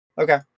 Okay